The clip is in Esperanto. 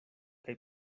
kaj